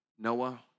Noah